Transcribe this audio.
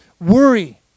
worry